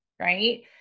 right